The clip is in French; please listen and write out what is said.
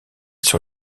sur